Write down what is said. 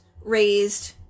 raised